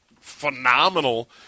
phenomenal